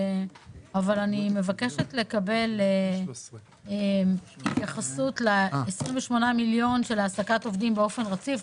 אבל אני מבקשת לקבל התייחסות ל-28 מיליון של העסקת עובדים באופן רציף.